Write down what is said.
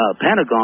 Pentagon